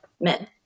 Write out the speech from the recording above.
men